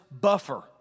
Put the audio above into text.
buffer